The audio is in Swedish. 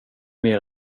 mer